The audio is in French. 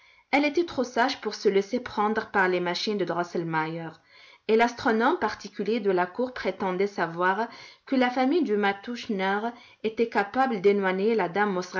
elle était trop sage pour se laisser prendre par les machines de drosselmeier et l'astronome particulier de la cour prétendait savoir que la famille du matou schnurr était capable d'éloigner la dame